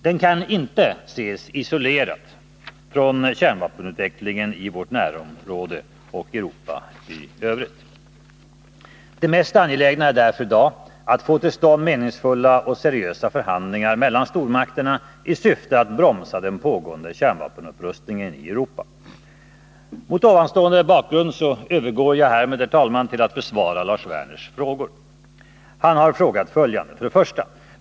Den kan inte ses isolerad från kärnvapenutvecklingen i vårt närområde och i Europa i övrigt. Det mest angelägna är därför i dag att få till stånd meningsfulla och seriösa förhandlingar mellan stormakterna i syfte att bromsa den pågående kärnvapenutrustningen i Europa. Mot denna bakgrund övergår jag härmed, herr talman, till att besvara Lars Werners fråga. Han har frågat: 1.